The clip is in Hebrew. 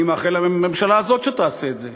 אני מאחל לממשלה הזאת שתעשה את זה,